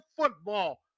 football